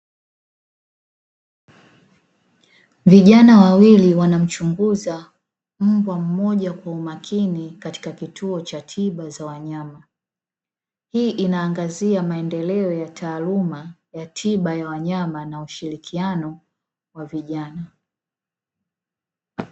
Vijana wawili wanamchunguza mbwa mmoja kwa umakini, katika kituo cha tiba za wanyama. Hii inaangazia maendeleo ya taaluma ya tiba ya wanyama, na ushirikiano wa vijana.